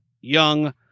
young